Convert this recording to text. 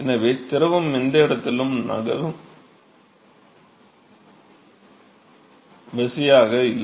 எனவே திரவம் எந்த இடத்திலும் நகரும் விசையாக இல்லை